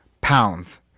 Pounds